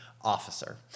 officer